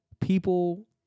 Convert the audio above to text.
People